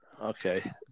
Okay